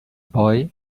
boy